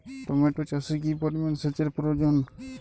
Tomato চাষে কি পরিমান সেচের প্রয়োজন?